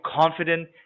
confident